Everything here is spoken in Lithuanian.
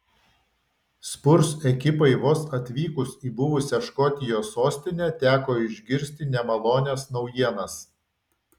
spurs ekipai vos atvykus į buvusią škotijos sostinę teko išgirsti nemalonias naujienas